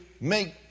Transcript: make